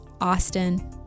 Austin